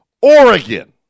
Oregon